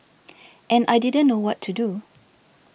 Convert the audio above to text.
and I didn't know what to do